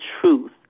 truth